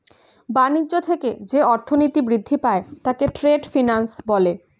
বাণিজ্য থেকে যে অর্থনীতি বৃদ্ধি পায় তাকে ট্রেড ফিন্যান্স বলে